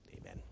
Amen